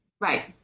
Right